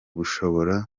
bushobora